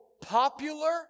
popular